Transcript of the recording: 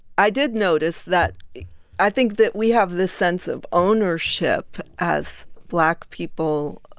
i did notice that i think that we have this sense of ownership as black people,